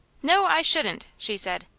no, i shouldn't! she said.